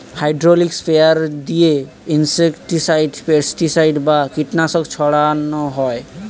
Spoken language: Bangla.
হাইড্রোলিক স্প্রেয়ার দিয়ে ইনসেক্টিসাইড, পেস্টিসাইড বা কীটনাশক ছড়ান হয়